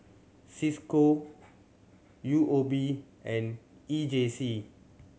Cisco U O B and E J C